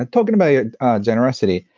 ah talking about your generosity,